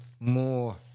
more